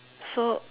so